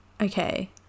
Okay